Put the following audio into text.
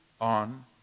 on